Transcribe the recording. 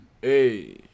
hey